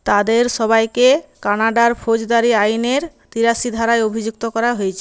তাদের সবাইকে কানাডার ফৌজদারি আইনের তিরাশি ধারায় অভিযুক্ত করা হয়